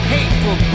Hateful